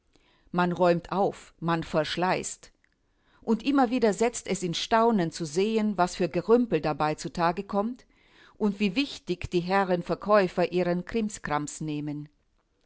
man räumt auf man verschleißt und immer wieder setzt es in staunen zu sehen was für gerümpel dabei zutage kommt und wie wichtig die herren verkäufer ihren krimskrams nehmen